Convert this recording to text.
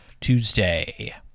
tuesday